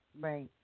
Right